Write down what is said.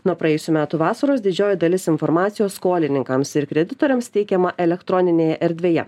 nuo praėjusių metų vasaros didžioji dalis informacijos skolininkams ir kreditoriams teikiama elektroninėje erdvėje